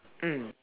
mm